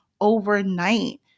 overnight